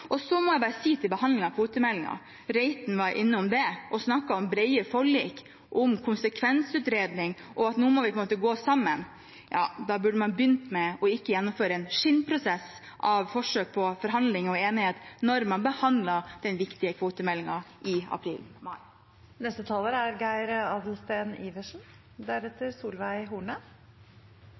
må bare si til behandlingen av kvotemeldingen: Representanten Reiten var innom det og snakket om brede forlik, om konsekvensutredning og at nå må vi gå sammen. Ja, da burde man begynt med det, og ikke gjennomføre en skinnprosess av forsøk på forhandling og enighet da man behandlet den viktige kvotemeldingen i